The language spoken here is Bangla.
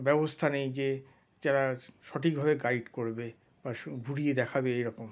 ব্যবস্থা নেই যে যারা সঠিকভাবে গাইড করবে বা ঘুরিয়ে দেখাবে এইরকম